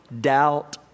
doubt